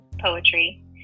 Poetry